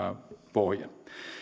pohja